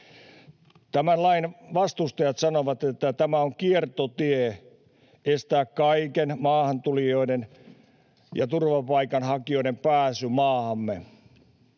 Tämän lain vastustajat sanovat, että tämä on kiertotie estää kaikkien maahantulijoiden ja turvapaikanhakijoiden pääsy maahamme.